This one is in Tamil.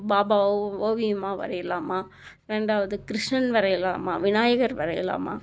பாபாவை ஓவியமாக வரையலாமா ரெண்டாவது கிருஷ்ணன் வரையலாமா விநாயகர் வரையலாமா